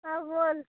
हा बोल